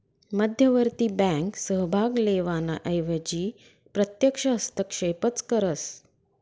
मध्यवर्ती बँक सहभाग लेवाना एवजी प्रत्यक्ष हस्तक्षेपच करस